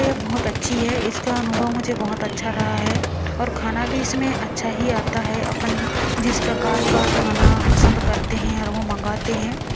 तो बहुत अच्छी है इसका अनुभव मुझे बहुत अच्छा रहा है और खाना भी इसमें अच्छा ही आता है अपन जिस प्रकार का खाना पसंद करते है और वह मंगाते हैं